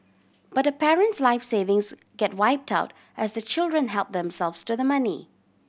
but the parent's life savings get wiped out as the children help themselves to the money